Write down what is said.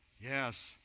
Yes